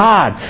God